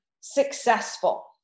successful